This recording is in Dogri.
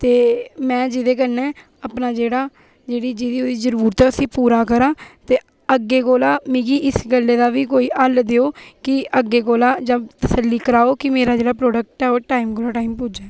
ते में जेह्दे कन्नै अपना जेह्ड़ा ते जेह्ड़ी जरूरत ऐ उसी पूरा करां ते अग्गें कोला मिगी इस गल्लै दा बी कोई हल्ल देओ जां अग्गें कोला तसल्ली कराओ के मेरा जेह्ड़ा प्रोडेक्ट ऐ ओह् टाईम कोला टाईम पर पुज्जे